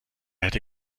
hätte